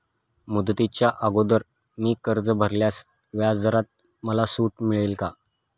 मुदतीच्या अगोदर मी कर्ज भरल्यास व्याजदरात मला सूट मिळेल का?